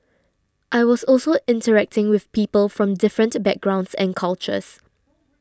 I was also interacting with people from different backgrounds and cultures